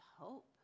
hope